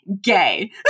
gay